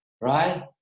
Right